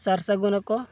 ᱥᱟᱨᱼᱥᱟᱹᱜᱩᱱᱟᱠᱚ